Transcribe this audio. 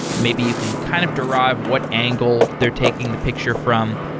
maybe you can kind of derive what angle they're taking the picture from,